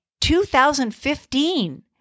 2015